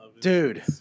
Dude